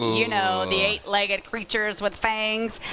you know and the eight legged creatures with fangs.